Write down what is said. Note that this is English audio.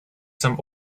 some